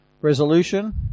resolution